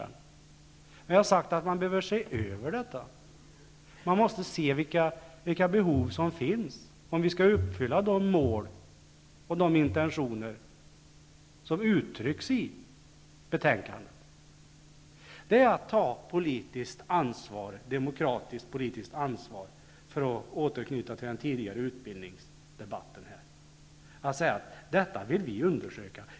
Jag har sagt att man behöver se över detta för att se vilka behov som finns så att vi skall uppfylla de mål och de intentioner som uttrycks i betänkandet. Det är att ta demokratiskt politiskt ansvar, för att här återknyta till den tidigare utbildningsdebatten här i dag, att säga: Detta vill vi undersöka.